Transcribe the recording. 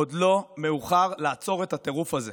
עוד לא מאוחר לעצור את הטירוף הזה.